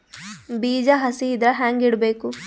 ಬೀಜ ಹಸಿ ಇದ್ರ ಹ್ಯಾಂಗ್ ಇಡಬೇಕು?